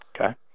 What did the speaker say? Okay